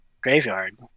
graveyard